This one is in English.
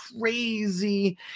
crazy